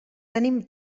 tenim